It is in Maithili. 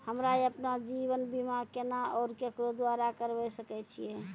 हमरा आपन जीवन बीमा केना और केकरो द्वारा करबै सकै छिये?